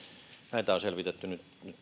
näitä on selvitetty nyt